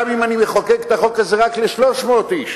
גם אם אני מחוקק את החוק הזה רק ל-300 איש